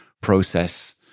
process